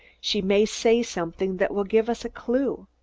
she may say something that will give us a clue.